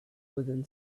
within